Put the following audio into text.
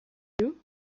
you